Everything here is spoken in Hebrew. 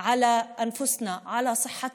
עלינו לשמור על עצמנו,